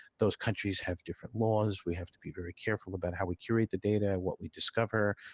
those countries have different laws. we have to be very careful about how we curate the data, what we discover,